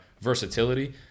versatility